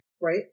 Right